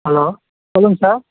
hello சொல்லுங்கள் sir